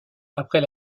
après